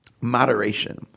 moderation